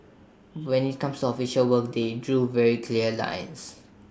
when IT comes official work they drew very clear lines